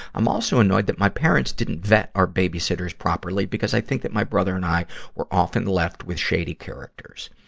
i'm also annoyed that my parents didn't vet our babysitters properly, because i think that my brother and i were often left with shady characters.